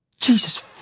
Jesus